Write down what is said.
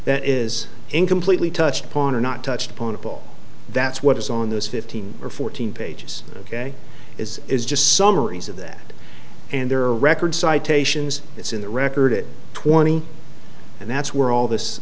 that is in completely touched upon or not touched upon a ball that's what is on those fifteen or fourteen pages ok is is just summaries of that and there are record citations it's in the record it twenty and that's where all this